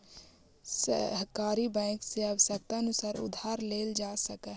सहकारी बैंक से आवश्यकतानुसार उधार लेल जा सकऽ हइ